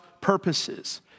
purposes